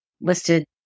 listed